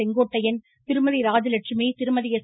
செங்கோட்டையன் திருமதி ராஜலட்சுமி திருமதி எஸ்